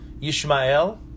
Yishmael